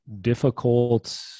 difficult